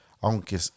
aunque